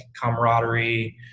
camaraderie